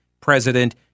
president